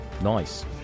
Nice